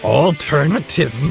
alternative